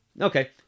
Okay